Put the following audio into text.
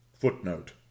footnote